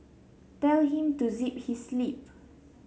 tell him to zip his lip